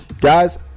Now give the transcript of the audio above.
Guys